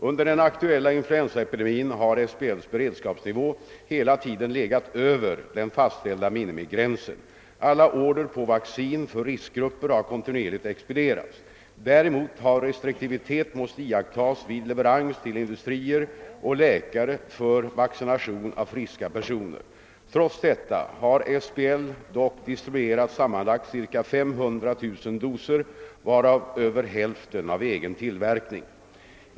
Under den aktuella influensaepidemin har SBL:s beredskapsnivå hela tiden legat över den fastställda minimigränsen. Alla order på vaccin för riskgrupper har kontinuerligt expedierats. Däremot har restriktivitet måst iakttas vid leverans till industrier och läkare för vaccination av friska personer. Trots detta har SBL dock distribuerat sammanlagt ca 500000 doser, varav över hälften av egen tillverkning.